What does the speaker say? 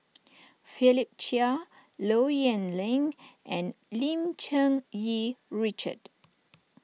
Philip Chia Low Yen Ling and Lim Cherng Yih Richard